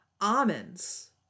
almonds